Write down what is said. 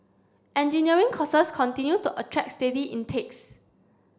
engineering courses continue to attract steady intakes